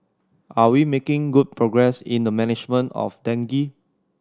are we making good progress in the management of dengue